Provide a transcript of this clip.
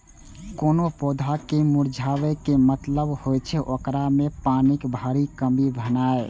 कोनो पौधा के मुरझाबै के मतलब होइ छै, ओकरा मे पानिक भारी कमी भेनाइ